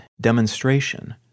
demonstration